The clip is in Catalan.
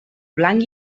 blanc